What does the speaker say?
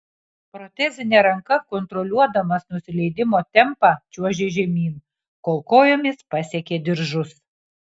protezine ranka kontroliuodamas nusileidimo tempą čiuožė žemyn kol kojomis pasiekė diržus